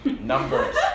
numbers